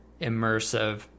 immersive